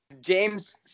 James